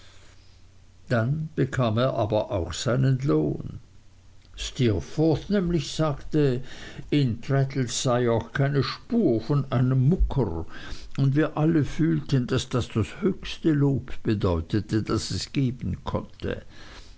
bekam er aber auch seinen lohn steerforth nämlich sagte in traddles sei auch keine spur von einem mucker und wir alle fühlten daß das das höchste lob bedeutete das es geben konnte